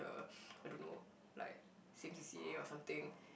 uh I don't know like same C_C_A or something